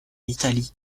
italie